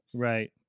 Right